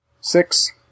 Six